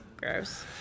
Gross